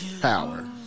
Power